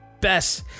best